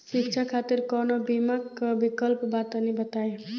शिक्षा खातिर कौनो बीमा क विक्लप बा तनि बताई?